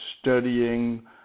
studying